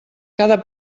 cada